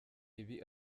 ibi